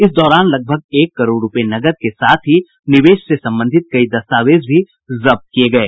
इस दौरान लगभग एक करोड़ रुपये नकद के साथ ही निवेश से संबंधित कई दस्तावेज भी जब्त किये गये